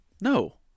no